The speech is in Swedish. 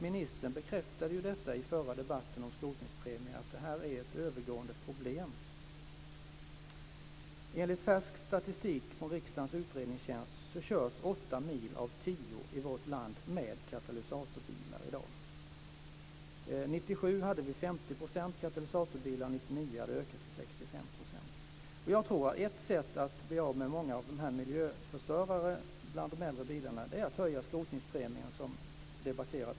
Ministern bekräftade ju i den förra debatten om skrotningspremier att detta är ett övergående problem. Enligt färsk statistik från riksdagens utredningstjänst körs åtta mil av tio med katalysatorbilar i vårt land i dag. År 1997 hade vi ca 50 % katalysatorbilar, och 1999 hade det ökat till ca 65 %. Jag tror att ett sätt att bli av med många av miljöförstörarna bland de äldre bilarna är att höja skrotningspremien som debatterades alldeles nyss.